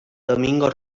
domingo